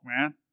man